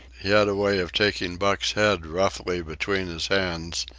he had a way of taking buck's head roughly between his hands,